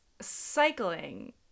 cycling